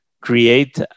create